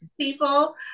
people